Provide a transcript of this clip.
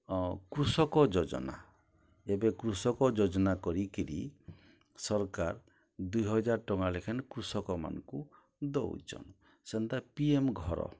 କୃଷକ ଯୋଜନା ଏବେ କୃଷକ ଯୋଜନା କରିକିରି ସର୍କାର୍ ଦୁଇ ହଜାର୍ ଟଙ୍କା ଲେଖେନ୍ କୃଷକମାନ୍କୁ ଦଉଚନ୍ ସେନ୍ତା ପି ଏମ୍ ଘର